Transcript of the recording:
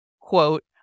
quote